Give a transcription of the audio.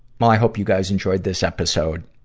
i hope you guys enjoyed this episode.